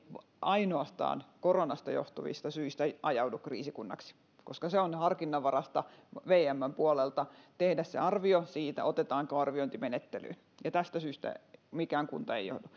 ainoastaan koronasta johtuvista syistä ajaudu kriisikunnaksi koska on harkinnanvaraista vmn puolelta tehdä arvio siitä otetaanko se arviointimenettelyyn ja tästä syystä mikään kunta ei joudu kriisikunnaksi